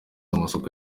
amasoko